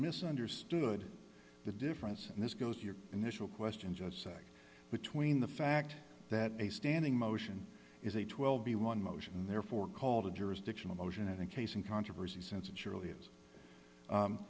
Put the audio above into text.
misunderstood the difference and this goes your initial question just say between the fact that a standing motion is a twelve b one motion and therefore called a jurisdictional motion in a case in controversy since it surely is